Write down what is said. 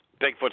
Bigfoot